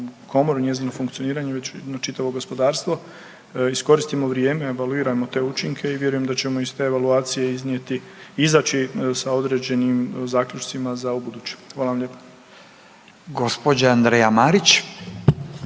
komoru i njezino funkcioniranje već na čitavo gospodarstvo. Iskoristimo vrijeme, evaluirajmo te učinke i vjerujem da ćemo iz te evaluacije iznijeti, izaći sa određenim zaključcima za ubuduće. Hvala vam lijepa. **Radin, Furio